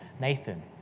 Nathan